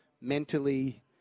mentally